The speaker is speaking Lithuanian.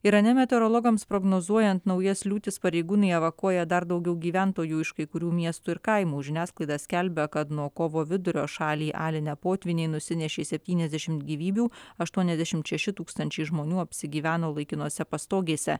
irane meteorologams prognozuojant naujas liūtis pareigūnai evakuoja dar daugiau gyventojų iš kai kurių miestų ir kaimų žiniasklaida skelbia kad nuo kovo vidurio šalį alinę potvyniai nusinešė septyniasdešimt gyvybių aštuoniasdešimt šeši tūkstančiai žmonių apsigyveno laikinose pastogėse